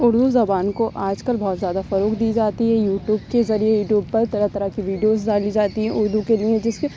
اردو زبان کو آج کل بہت زیادہ فروغ دی جاتی ہے یو ٹیوب کے ذریعے یو ٹیوب پر طرح طرح کی ویڈیوز ڈالی جاتی ہیں اردو کے لیے جس کی